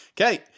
okay